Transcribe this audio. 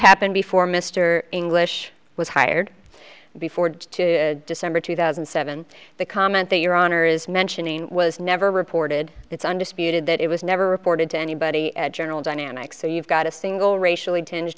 happened before mr english was hired before to december two thousand and seven the comment that your honor is mentioning was never reported it's undisputed that it was never reported to anybody at general dynamics so you've got a single racially tinge